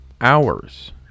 hours